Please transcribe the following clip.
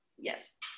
yes